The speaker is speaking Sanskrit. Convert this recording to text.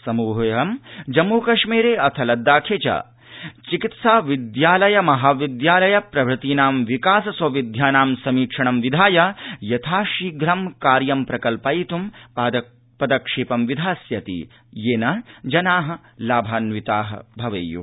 समृहोऽयं जम्मुकश्मीर अथ लद्दाखे च चिकित्सा विद्यालय महाविद्यालय प्रभृतीनां विकास सौविध्यानां समीक्षणं विधाय यथाशीप्रं कार्यं प्रकल्पयित् ं पदक्षेपं विधास्यति येन जना लाभान्विता स्यू